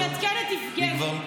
אני אעדכן את יבגני,